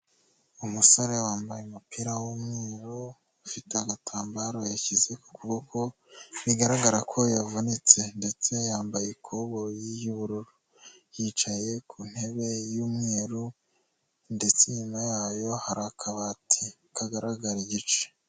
Umusore wambaye umupira w'umweru ufite agatambaro yashyize ku kuboko, bigaragara ko yavunitse ndetse yambaye ikoboyi y'ubururu. Yicaye ku ntebe y'umweru ndetse inyuma yayo hari akabati kagaragara igice.